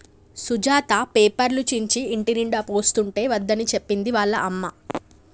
సుజాత పేపర్లు చించి ఇంటినిండా పోస్తుంటే వద్దని చెప్పింది వాళ్ళ అమ్మ